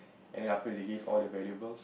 and then after they give all the valuable